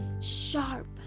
sharp